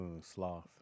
Sloth